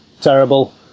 terrible